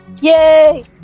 yay